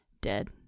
dead